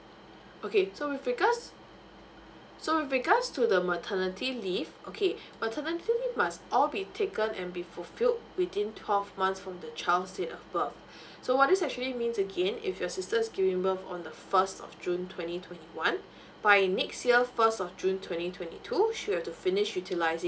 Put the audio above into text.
okay so with regards so with regards to the maternity leave okay maternity leave must all be taken and be fulfilled within twelve months from the child's date of birth so what is actually means again if your sister is giving birth on the first of june twenty twenty one by next year first of june twenty twenty two she have to finish utilizing